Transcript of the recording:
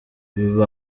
biba